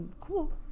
Cool